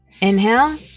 inhale